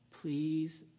Please